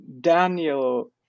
Daniel